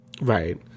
right